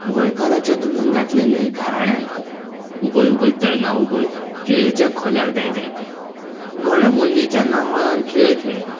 गोंयकाराच्या धुवेन घातलेंले गाराणें आयकय उबय उबय तरंगा उबय केळीच्या खोल्यार दायज राखय घोड्या मोडणींच्या नांवार खेळ खेळय